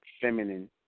feminine